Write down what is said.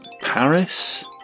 Paris